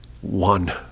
one